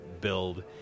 build